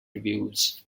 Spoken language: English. reviews